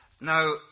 Now